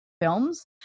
films